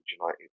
United